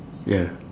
ya